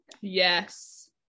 yes